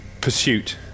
Pursuit